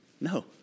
No